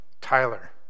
Tyler